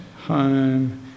home